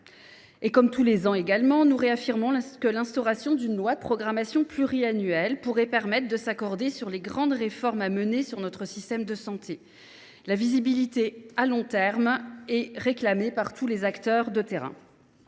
comme tous les ans, nous réaffirmons que l’instauration d’une loi de programmation pluriannuelle permettrait de s’accorder sur les grandes réformes à mener pour notre système de santé. La visibilité à long terme est réclamée par tous les acteurs de terrain.